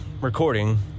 recording